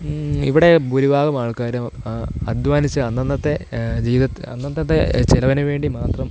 ഇവിടെ ഭൂരിഭാഗം ആൾക്കാരും അദ്ധ്വാനിച്ച് അന്നന്നത്തെ ജീവിതത്തിൽ അന്നന്നത്തെ ചിലവിനു വേണ്ടി മാത്രം